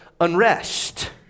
unrest